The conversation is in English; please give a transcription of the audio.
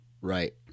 Right